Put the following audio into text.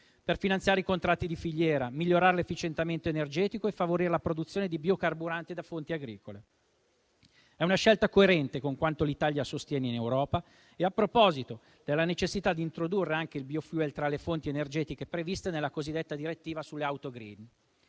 per finanziare i contratti di filiera, migliorare l'efficientamento energetico e favorire la produzione di biocarburante da fonti agricole. Si tratta di una scelta coerente con quanto l'Italia sostiene in Europa e a proposito della necessità di introdurre anche il *biofuel* tra le fonti energetiche previste nella cosiddetta direttiva sulle auto *green*.